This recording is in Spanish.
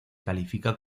califica